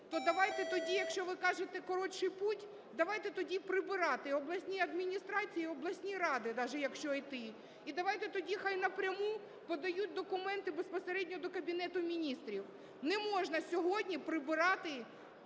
то давайте тоді, якщо ви кажете, коротший путь, давайте тоді прибирати обласні адміністрації і обласні ради даже, якщо йти. І давайте тоді хай напряму подають документи, безпосередньо до Кабінету Міністрів. Не можна сьогодні прибирати